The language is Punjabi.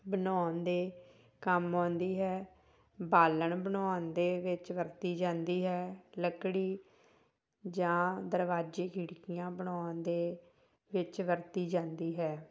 ਬਣਾਉਣ ਦੇ ਕੰਮ ਆਉਂਦੀ ਹੈ ਬਾਲਣ ਬਣਾਉਣ ਦੇ ਵਿੱਚ ਵਰਤੀ ਜਾਂਦੀ ਹੈ ਲੱਕੜੀ ਜਾਂ ਦਰਵਾਜੇ ਖਿੜਕੀਆਂ ਬਣਾਉਣ ਦੇ ਵਿੱਚ ਵਰਤੀ ਜਾਂਦੀ ਹੈ